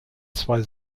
zwei